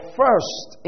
first